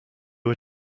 were